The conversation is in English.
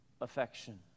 affection